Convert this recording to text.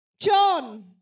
John